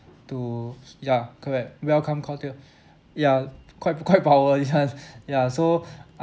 to ya correct welcome cocktail ya quite quite power this one ya so